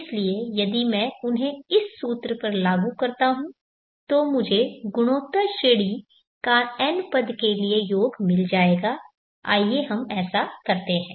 इसलिए यदि मैं उन्हें इस सूत्र पर लागू करता हूं तो मुझे गुणोत्तर श्रेढ़ी का n पद के लिए योग मिल जायेगा आइए हम ऐसा करते हैं